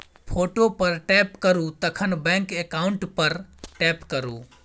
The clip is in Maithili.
फोटो पर टैप करु तखन बैंक अकाउंट पर टैप करु